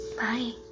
Bye